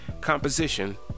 composition